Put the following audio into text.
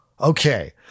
Okay